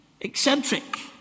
eccentric